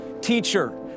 teacher